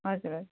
हजुर हजुर